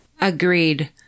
Agreed